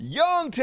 young